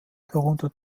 darunter